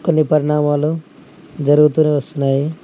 కొన్ని పరిణామాలు జరుగుతూనే వస్తున్నాయి